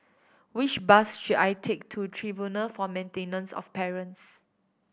which bus should I take to Tribunal for Maintenance of Parents